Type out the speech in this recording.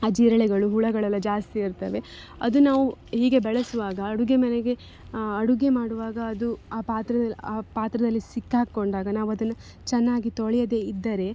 ಆ ಜಿರಳೆಗಳು ಹುಳುಗಳೆಲ್ಲ ಜಾಸ್ತಿ ಇರ್ತವೆ ಅದು ನಾವು ಹೀಗೆ ಬೆಳೆಸುವಾಗ ಅಡುಗೆ ಮನೆಗೆ ಅಡುಗೆ ಮಾಡುವಾಗ ಅದು ಆ ಪಾತ್ರೆ ಆ ಪಾತ್ರೆಯಲ್ಲಿ ಸಿಕ್ಕಾಕ್ಕೊಂಡಾಗ ನಾವು ಅದನ್ನು ಚೆನ್ನಾಗಿ ತೊಳೆಯದೆ ಇದ್ದರೆ